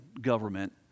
government